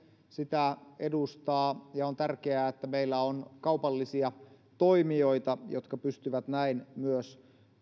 sitä edustaa ja on tärkeää että meillä on kaupallisia toimijoita jotka myös pystyvät näin